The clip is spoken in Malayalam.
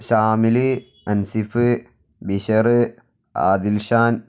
ഷാമിൽ അൻസിഫ് ബിഷർ ആദിൽ ഷാൻ